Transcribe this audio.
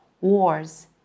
wars